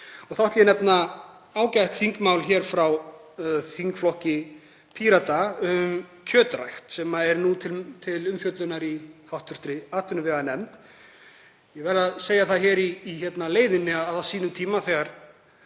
Þar ætla ég nefna ágætt þingmál frá þingflokki Pírata um kjötrækt, sem er nú til umfjöllunar í hv. atvinnuveganefnd. Ég verð að segja það í leiðinni að á sínum tíma þegar